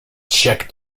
check